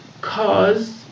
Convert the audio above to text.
cause